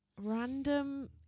random